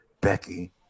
Becky